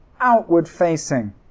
outward-facing